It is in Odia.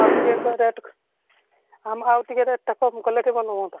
ଆଉ ଟିକେ ରେଟ୍ ଆମେ ଆଉ ଟିକେ ରେଟ୍ କମ୍ କଲେ ଭଲ ହୁଅନ୍ତା